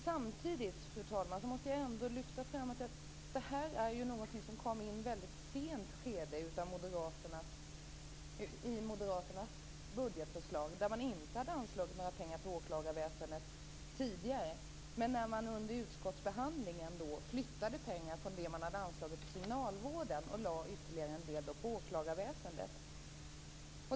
Samtidigt, fru talman, måste jag ändå lyfta fram det faktum att detta är någonting som kom in i ett väldigt sent skede i moderaternas budgetförslag. Man hade inte anslagit några extra pengar till åklagarväsendet tidigare, men man flyttade under utskottsbehandlingen pengar från anslaget till kriminalvården och lade ytterligare en del på åklagarväsendet.